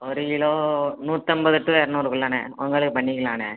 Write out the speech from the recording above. ஒரு கிலோ நூற்றம்பது டு இரநூறுக்குள்ளண்ணே உங்களுக்கு பண்ணிக்கலாம்ண்ணே